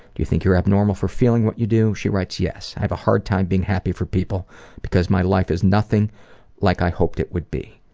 do you think you're abnormal for feeling what you do? she writes yes. i have a hard time being happy for people because my life is nothing like i hoped it would be.